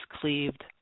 cleaved